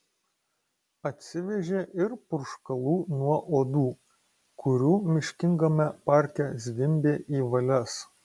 atsivežė ir purškalų nuo uodų kurių miškingame parke zvimbė į valias